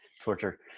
torture